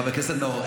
חבר הכנסת נאור,